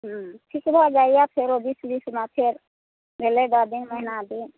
हूँ ठीक भऽ जाइया फेरो बीच बीच मे फेर भेलै दस दिन मास दिन